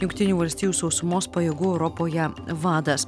jungtinių valstijų sausumos pajėgų europoje vadas